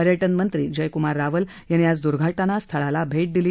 पर्यटन मंत्री जयक्मार रावल यांनी आज द्र्घटनास्थळी भेट दिली